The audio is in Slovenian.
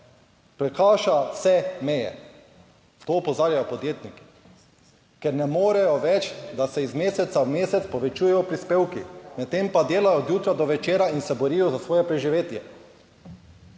prekaša vse meje, to opozarjajo podjetniki, ker ne morejo več, da se iz meseca v mesec povečujejo prispevki, medtem pa delajo od jutra do večera in se borijo za svoje preživetje.